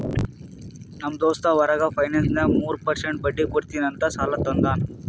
ನಮ್ ದೋಸ್ತ್ ಹೊರಗ ಫೈನಾನ್ಸ್ನಾಗ್ ಮೂರ್ ಪರ್ಸೆಂಟ್ ಬಡ್ಡಿ ಕೊಡ್ತೀನಿ ಅಂತ್ ಸಾಲಾ ತಂದಾನ್